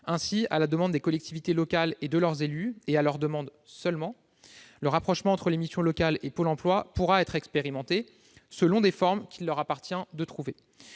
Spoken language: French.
Ainsi, à la demande des collectivités locales et de leurs élus- et seulement à leur demande -, le rapprochement entre les missions locales et Pôle Emploi pourra être expérimenté, selon des formes qu'il leur appartient de trouver.